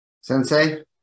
Sensei